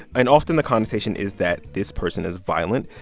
and, often, the connotation is that this person is violent.